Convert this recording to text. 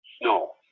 No